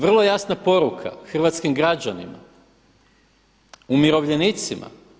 Vrlo jasna poruka hrvatskim građanima, umirovljenicima.